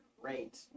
great